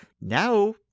now